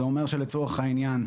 זה אומר שלצורך העניין,